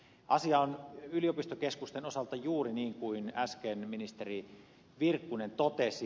asia on yliopistokeskusten osalta juuri niin kuin äsken ministeri virkkunen totesi